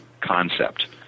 concept